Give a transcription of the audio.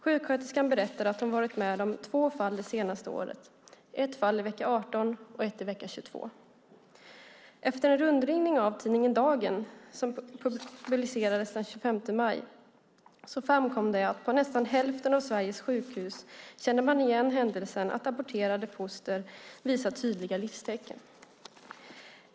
Sjuksköterskan berättade att hon varit med om två fall senaste året, ett fall i vecka 18 och ett i vecka 22. Vid en rundringning av tidningen Dagen som publicerades den 25 maj framkom det att på nästan hälften av Sveriges sjukhus känner man igen händelsen att aborterat foster visar livstecken.